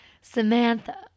Samantha